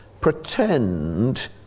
pretend